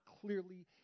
clearly